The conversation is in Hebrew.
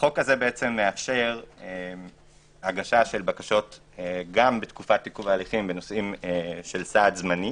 החוק הזה מאפשר הגשת בקשות גם בתקופת עיכוב ההליכים בנושאים של סעד זמני